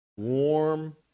Warm